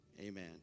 Amen